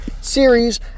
series